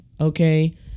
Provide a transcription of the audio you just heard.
okay